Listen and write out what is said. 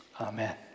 Amen